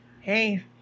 Hey